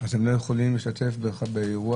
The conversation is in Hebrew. אז הם לא יכולים להשתתף באירוע.